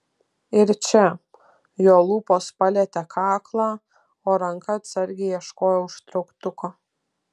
ir čia jo lūpos palietė kaklą o ranka atsargiai ieškojo užtrauktuko